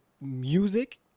music